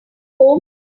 home